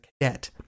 cadet